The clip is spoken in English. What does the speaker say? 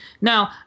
Now